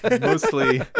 Mostly